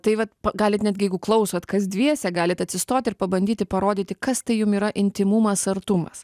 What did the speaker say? tai vat galit netgi jeigu klausot kas dviese galit atsistot ir pabandyti parodyti kas tai jum yra intymumas artumas